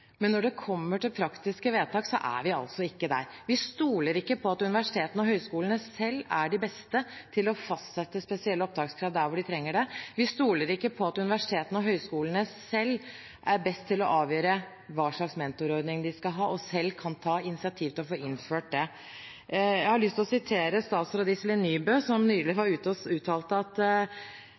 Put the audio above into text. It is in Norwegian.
men når det kommer til praktiske vedtak, er vi altså ikke der. Vi stoler ikke på at universitetene og høyskolene selv er de beste til å fastsette spesielle opptakskrav der de trenger det. Vi stoler ikke på at universitetene og høyskolene selv er best til å avgjøre hva slags mentorordning de skal ha, og selv kan ta initiativ til å få innført det. Jeg har lyst til å sitere statsråd Iselin Nybø, som nylig uttalte at hun syntes det var litt spesielt at